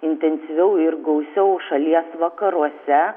intensyviau ir gausiau šalies vakaruose